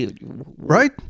Right